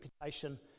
reputation